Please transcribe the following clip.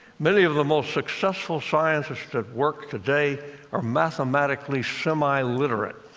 many of the most successful scientists at work today are mathematically semi-literate.